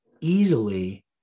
easily